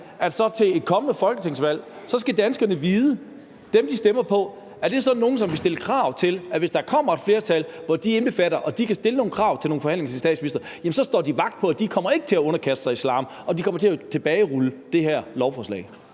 for til et kommende folketingsvalg skal danskerne vide, om dem, de stemmer på, er sådan nogle, som vil stille krav til, at hvis der kommer et flertal, hvor de er indbefattet, og hvor de kan stille nogle krav til nogle forhandlinger om en statsminister, så står de vagt om, at de ikke kommer til at underkaste sig islam, og at det her lovforslag